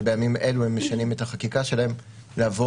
כשבימים אלה הם משנים את החקיקה שלהם לעבור